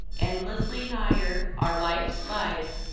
endlessly nigher, our life's life,